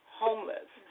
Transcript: homeless